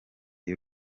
y’u